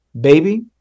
baby